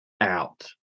out